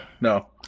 No